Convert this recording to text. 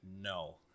No